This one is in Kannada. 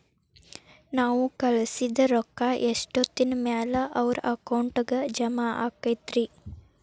ನಾವು ಕಳಿಸಿದ್ ರೊಕ್ಕ ಎಷ್ಟೋತ್ತಿನ ಮ್ಯಾಲೆ ಅವರ ಅಕೌಂಟಗ್ ಜಮಾ ಆಕ್ಕೈತ್ರಿ?